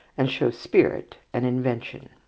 and shows spirit and invention.